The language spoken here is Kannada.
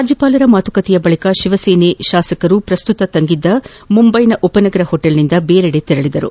ರಾಜ್ಯಪಾಲರ ಮಾತುಕತೆಯ ಬಳಕ ಶಿವಸೇನಾ ಶಾಸಕರು ಪಸುತ ತಂಗಿದ್ದ ಮುಂಬೈನ ಉಪನಗರ ಹೋಟೆಲ್ನಿಂದ ಬೇರೆಡೆ ತೆರಳಿದ್ದಾರೆ